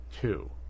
two